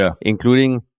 including